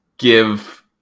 give